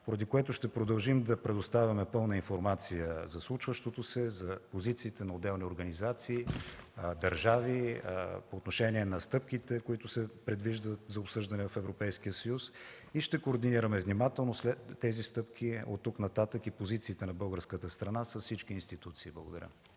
поради което ще продължим да предоставяме пълна информация за случващото се, за позициите на отделни организации, държави, по отношение на стъпките, които се предвиждат за обсъждане в Европейския съюз, и ще координираме внимателно тези стъпки от тук нататък и позициите на българската страна с всички институции. Благодаря.